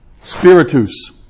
spiritus